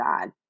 God